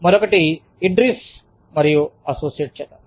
మరొకటి Idris associates Idris Associates చేత